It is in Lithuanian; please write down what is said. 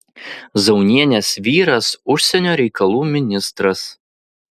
zaunienės vyras užsienio reikalų ministras